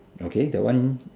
okay that one